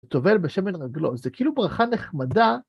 וטובל בשמן רגלו, זה כאילו ברכה נחמדה.